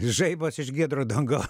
žaibas iš giedro dangaus